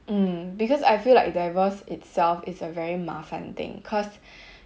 mm because I feel like divorce itself is a very 麻烦 thing cause